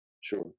Sure